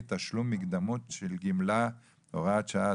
(תשלום מקדמות של גימלה)(הוראת שעה),